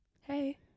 Hey